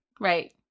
right